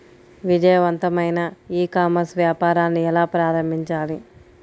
విజయవంతమైన e commerce వ్యాపారాన్ని ఎలా ప్రారంభించాలి?